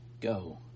go